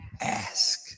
ask